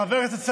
חבר הכנסת סעדי,